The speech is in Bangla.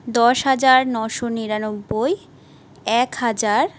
দশ হাজার নশো নিরানব্বই এক হাজার